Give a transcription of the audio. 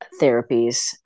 therapies